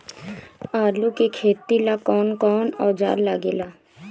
आलू के खेती ला कौन कौन औजार लागे ला?